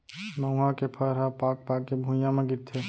मउहा के फर ह पाक पाक के भुंइया म गिरथे